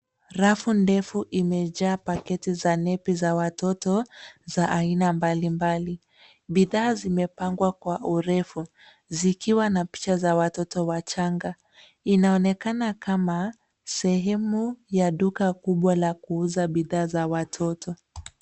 Rafu ndefu imejaa paketi za nepi za watoto, za aina mbali mbali. bidhaa zimepangwa kwa urefu zikiwa na picha za watoto wachanga .Inaonekana kama sehemu ya duka kubwa la kuuza bidhaa za watoto .